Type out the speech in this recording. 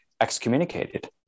excommunicated